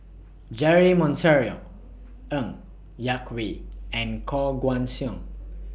Jeremy Monteiro Ng Yak Whee and Koh Guan Song